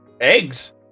eggs